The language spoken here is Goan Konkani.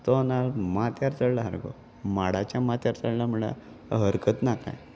तो नाल माथ्यार चडला सारको माडाच्या माथ्यार चडला म्हणल्यार हरकत ना काय